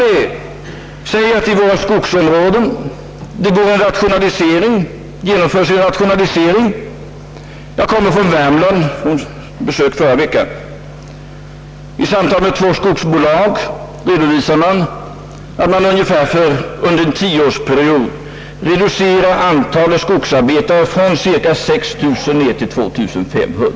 Men folkomflyttningen har ett visst samband t.ex. med att en rationalisering genomförs i våra skogsområden. Jag kommer från ett besök i Värmland under förra veckan, och där redovisade man från två skogsbolag vid våra samtal, att man under en tioårsperiod reducerar antalet skogsarbetare från cirka 6 000 till 2 500.